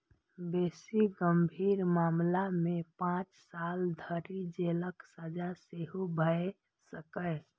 बेसी गंभीर मामला मे पांच साल धरि जेलक सजा सेहो भए सकैए